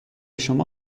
شما